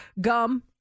gum